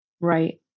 Right